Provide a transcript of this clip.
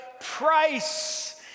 price